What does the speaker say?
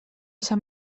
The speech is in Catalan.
sant